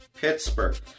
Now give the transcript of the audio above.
Pittsburgh